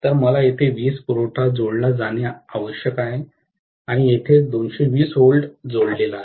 तर मला येथे वीजपुरवठा जोडला जाणे आवश्यक आहे आणि येथेच 220 V जोडला आहे